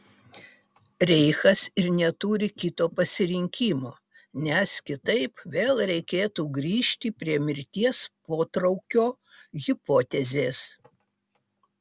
reichas ir neturi kito pasirinkimo nes kitaip vėl reikėtų grįžti prie mirties potraukio hipotezės